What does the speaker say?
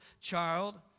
child